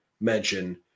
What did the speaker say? mention